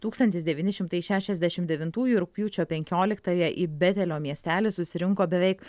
tūkstantis devyni šimtai šešiasdešimt devintųjų rugpjūčio penkioliktąją į betelio miestelį susirinko beveik